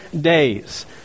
days